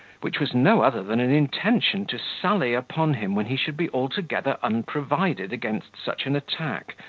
which was no other than an intention to sally upon him when he should be altogether unprovided against such an attack,